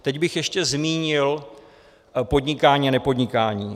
Teď bych ještě zmínil podnikání a nepodnikání.